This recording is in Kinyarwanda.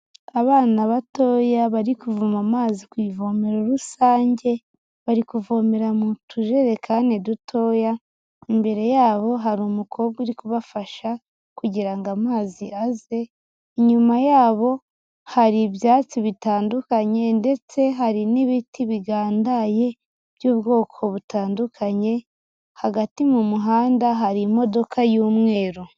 Abana batoya bari kuvoma amazi ku ivomero rusange, bari kuvomera mu tujerekani dutoya, imbere yabo hari umukobwa uri kubafasha kugira ngo amazi aze, inyuma yabo hari ibyatsi bitandukanye, ndetse hari n'ibiti bigandaye by'ubwoko butandukanye, hagati mu muhanda hari imodoka y'umweru.